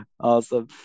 Awesome